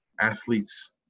athletes